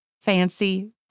fancy